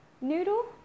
noodle